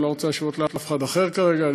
אני לא רוצה להשוות לאף אחד אחר כרגע.